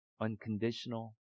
Unconditional